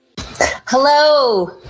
Hello